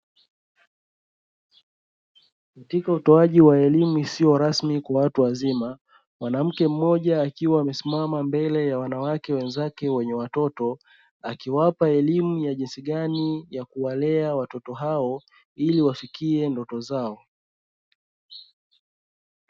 Katika utoaji wa elimu isiyo rasmi kwa watu wazima mwanamke mmoja akiwa amesimama mbele ya wanawake wenzake wenye watoto, akiwapa elimu ya jinsi gani ya kuwalea watoto hao ili wafikie ndoto zao.